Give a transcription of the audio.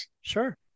Sure